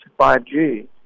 5G